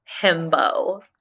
himbo